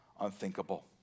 unthinkable